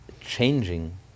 changing